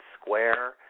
square